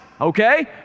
okay